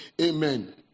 Amen